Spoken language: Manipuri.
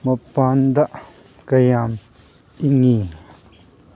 ꯃꯄꯥꯟꯗ ꯀꯌꯥꯝ ꯏꯪꯏ